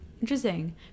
Interesting